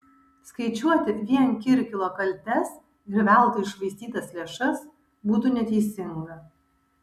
skaičiuoti vien kirkilo kaltes ir veltui iššvaistytas lėšas būtų neteisinga